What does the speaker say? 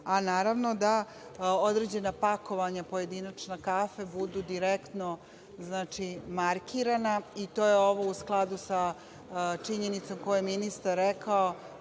a naravno da određena pakovanja pojedinačna kafe budu direktno markirana, i to je ovo u skladu sa činjenicom koju je ministar rekao,